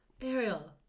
Ariel